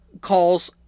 calls